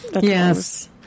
yes